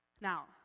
Now